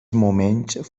moments